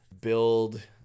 build